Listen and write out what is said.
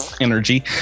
energy